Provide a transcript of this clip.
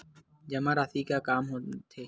जमा राशि का काम आथे?